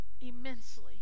immensely